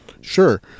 sure